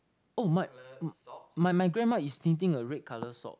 oh my my my grandma is knitting a red colour sock